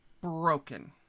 broken